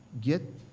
Get